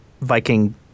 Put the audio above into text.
Viking